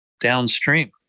downstream